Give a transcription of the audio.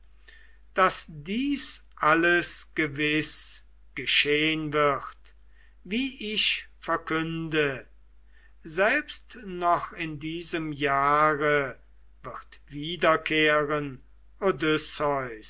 daß dies alles gewiß geschehn wird wie ich verkünde selbst noch in diesem jahre wird wiederkehren